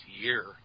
year